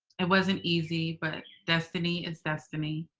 it wasn't easy, but destiny is destiny.